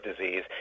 disease